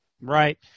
Right